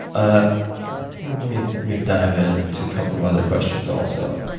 ah let me me dive in to a couple of other questions also.